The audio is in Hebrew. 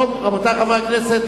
רבותי חברי הכנסת,